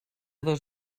dos